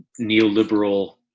neoliberal